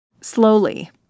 Slowly